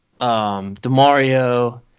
DeMario